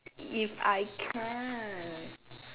if I can't